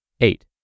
Eight